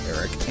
Eric